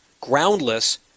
groundless